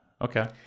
Okay